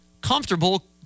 comfortable